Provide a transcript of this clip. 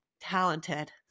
talented